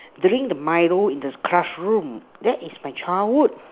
drink the Milo in the classroom that is my childhood